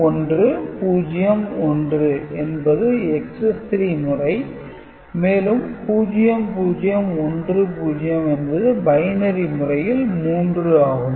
0101 என்பது XS 3 முறை மேலும் 0010 என்பது பைனரி முறையில் 3 ஆகும்